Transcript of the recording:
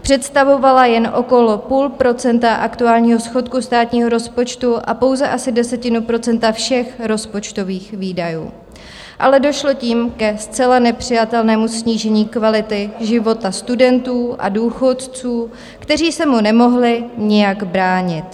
Představovala jen okolo půl procenta aktuálního schodku státního rozpočtu a pouze asi desetinu procenta všech rozpočtových výdajů, ale došlo tím ke zcela nepřijatelnému snížení kvality života studentů a důchodců, kteří se mu nemohli nijak bránit.